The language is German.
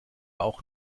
auch